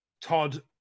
Todd